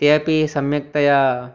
ते अपि सम्यक्तया